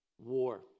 war